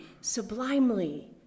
sublimely